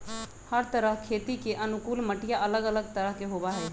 हर तरह खेती के अनुकूल मटिया अलग अलग तरह के होबा हई